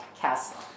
Castle